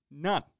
None